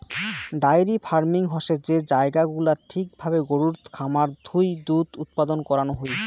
diary farming হসে যে জায়গা গুলাত ঠিক ভাবে গরুর খামার থুই দুধ উৎপাদন করানো হুই